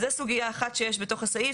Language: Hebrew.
אז זאת סוגיה אחת שיש בתוך הסעיף,